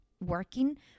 working